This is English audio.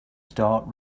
start